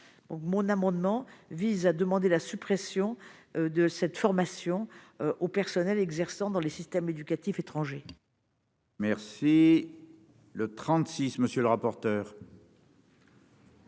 mon amendement vise à demander la suppression de cette formation aux personnels exerçant dans le système éducatif étrangers.